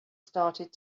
started